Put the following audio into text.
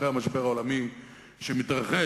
אחרי המשבר העולמי שמתרחש,